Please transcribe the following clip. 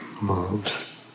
moves